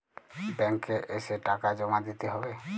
Bank এ এসে টাকা জমা দিতে হবে?